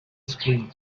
screen